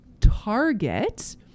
target